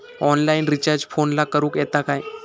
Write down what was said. Online recharge फोनला करूक येता काय?